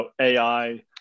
AI